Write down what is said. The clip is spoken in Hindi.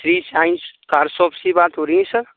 श्री साइंस कार शॉप से बात हो रही है सर